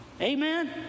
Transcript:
Amen